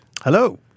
Hello